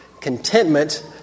contentment